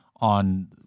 on